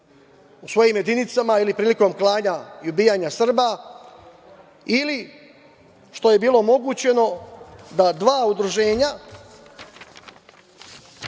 u svojim jedinicama ili prilikom klanje i ubijanja Srba ili što je bilo omogućeno da dva udruženja,